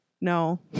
no